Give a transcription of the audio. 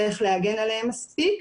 ואיך להגן עליהם מספיק.